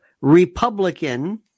Republican